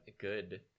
good